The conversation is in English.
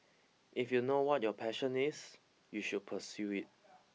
if you know what your passion is you should pursue it